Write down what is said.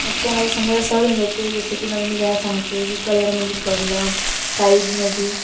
मग त्या माझ्या समस्या सॉल्व्ह होऊन जाते जसं की मग मी त्यांना सांगते की कलरमध्ये प्रॉब्लम साईजमध्ये